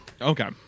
okay